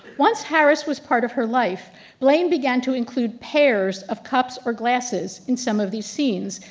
once harris was part of her life blaine began to include pairs of cups or glasses in some of these scenes,